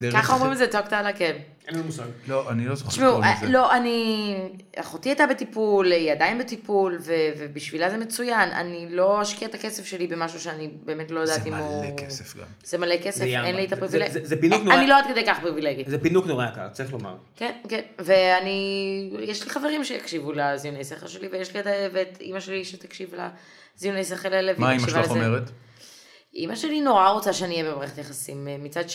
ככה אומרים את זה, תוק תאלה, כן. אין לי מושג. לא, אני לא זוכרת. תשמעו, לא, אני... אחותי הייתה בטיפול, היא עדיין בטיפול, ובשבילה זה מצוין, אני לא אשקיע את הכסף שלי במשהו שאני באמת לא יודעת אם הוא... זה מלא כסף גם. זה מלא כסף, אין לי את הפריווילגית. זה פינוק נורא... אני לא עוד כדי כך פריווילגית. זה פינוק נורא יקר, צריך לומר. כן, כן. ואני... יש לי חברים שיקשיבו לזיוני שכל שלי, אימא שלי שתקשיב לזיוני שכל האלה. מה אימא שלך אומרת? אימא שלי נורא רוצה שאני אהיה במערכת יחסים.